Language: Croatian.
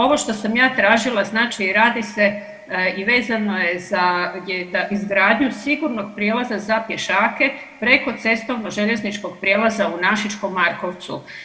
Ovo što sam ja tražila, znači radi se i vezano je za izgradnju sigurnog prijelaza za pješaka preko cestovno-željezničkog prijelaza u Našičkom Markovcu.